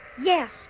Yes